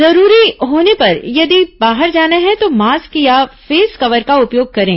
जरूरी होने पर यदि बाहर जाना है तो मास्क या फेसकवर का उपयोग करें